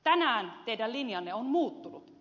tänään teidän linjanne on muuttunut